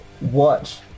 watch